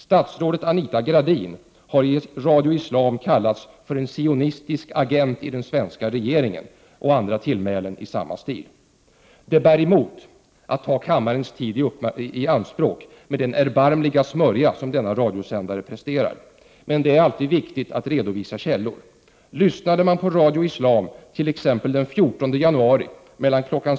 Statsrådet Anita Gradin har i Radio Islam kallats för en sionistisk agent i den svenska regeringen, och man har brukat andra tillmälen i samma stil. Det bär emot att ta kammarens tid i anspråk med den erbarmliga smörja som denna radiosändare presterar. Men det är alltid viktigt att redovisa källor. Lyssnade man på Radio Islam t.ex. den 14 jauari mellan kl.